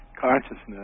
consciousness